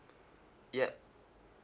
yup